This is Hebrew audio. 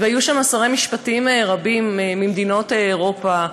והיו שם שרי משפטים רבים ממדינות אירופה.